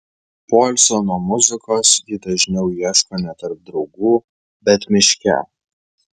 poilsio nuo muzikos ji dažniau ieško ne tarp draugų bet miške